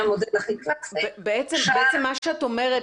המודל הכי קלאסי --- בעצם מה שאת אומרת,